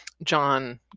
John